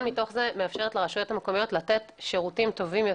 ומאפשרת לרשויות המקומיות לתת שירותים טובים יותר.